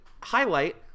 highlight